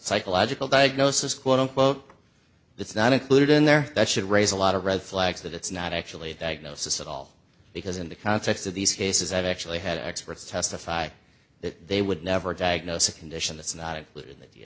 psychological diagnosis quote unquote that's not included in there that should raise a lot of red flags that it's not actually a diagnosis at all because in the context of these cases i've actually had experts testify that they would never diagnose a condition that's not exclud